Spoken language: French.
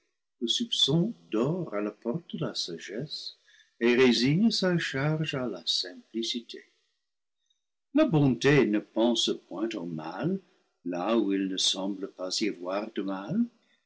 le soupçon dort à la porte de la sagesse et résigne sa charge à la simplicité la bonté ne pense point au mal là où il ne semble pas y avoir de mal